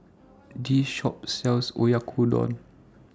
This Shop sells Oyakodon